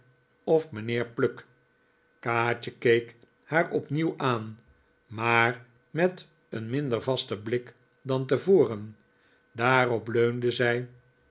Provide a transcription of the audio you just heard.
of mijnheer pluck kaatje keek haar opnieuw aan maar niet een minder vasten blik dan tevorenj daarop leunde zij